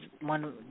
one